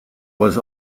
was